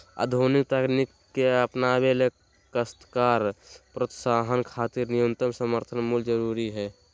आधुनिक तकनीक के अपनावे ले काश्तकार प्रोत्साहन खातिर न्यूनतम समर्थन मूल्य जरूरी हई